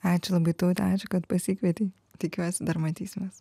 ačiū labai taute ačiū kad pasikvietei tikiuosi dar matysimės